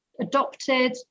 adopted